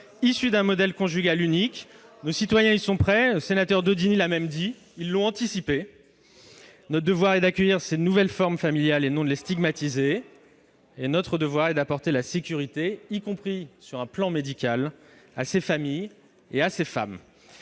issue d'un modèle conjugal unique. Nos citoyens y sont prêts. Le sénateur Daudigny l'a dit : ils ont même anticipé cette évolution ! Notre devoir est d'accueillir ces nouvelles formes familiales et non de les stigmatiser. Notre devoir est d'apporter de la sécurité, y compris sur un plan médical, à ces familles et à ces femmes.